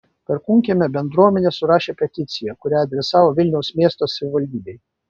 perkūnkiemio bendruomenė surašė peticiją kurią adresavo vilniaus miesto savivaldybei